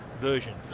version